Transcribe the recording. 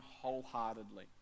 wholeheartedly